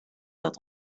dat